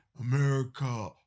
America